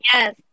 Yes